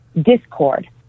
discord